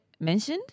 mentioned